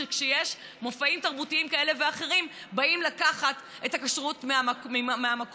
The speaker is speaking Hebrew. שכשיש מופעים תרבותיים כאלה ואחרים באים לקחת את הכשרות מהמקום,